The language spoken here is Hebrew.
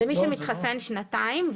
מי שמתחסן - שנתיים,